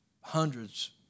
hundreds